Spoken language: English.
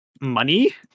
money